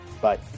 Bye